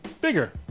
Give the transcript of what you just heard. bigger